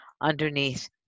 underneath